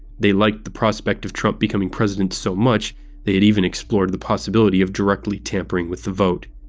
they liked the prospect of trump becoming president so much they had even explored the possibility of directly tampering with the vote.